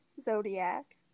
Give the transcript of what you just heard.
Zodiac